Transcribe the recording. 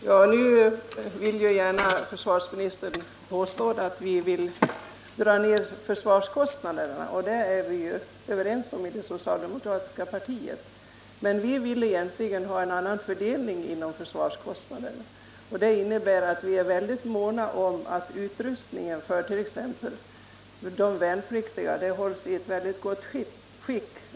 Herr talman! Nu påstår försvarsministern att vi vill dra ner försvarskostnaderna, och det är vi överens om i det socialdemokratiska partiet. Men vi vill egentligen ha en annan fördelning av försvarskostnaderna. Det innebär att vi är mycket måna om att utrustningen för t.ex. de värnpliktiga hålls i ett gott skick.